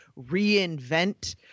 reinvent